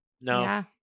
No